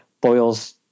boils